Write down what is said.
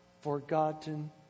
forgotten